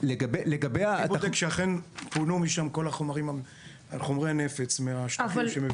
מי בודק שאכן פונו משם כל חומרי הנפץ מהשטחים?